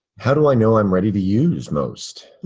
how do i know i'm ready to use most?